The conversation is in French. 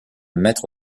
maître